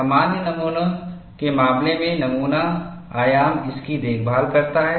सामान्य नमूनों के मामले में नमूना आयाम इसकी देखभाल करता है